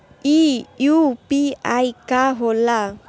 ई यू.पी.आई का होला?